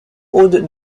aude